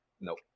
Nope